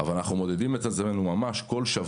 אבל אנחנו מודדים את עצמנו כל שבוע.